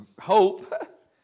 hope